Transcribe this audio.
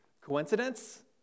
Coincidence